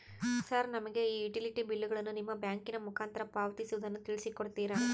Sir ನಮಗೆ ಈ utility ಬಿಲ್ಲುಗಳನ್ನು ನಿಮ್ಮ ಬ್ಯಾಂಕಿನ ಮುಖಾಂತರ ಪಾವತಿಸುವುದನ್ನು ತಿಳಿಸಿ ಕೊಡ್ತೇರಾ?